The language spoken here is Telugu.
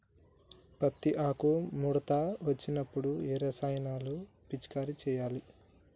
పత్తి ఆకు ముడత వచ్చినప్పుడు ఏ రసాయనాలు పిచికారీ చేయాలి?